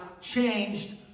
changed